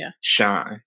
Shine